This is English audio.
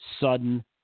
Sudden